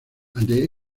ante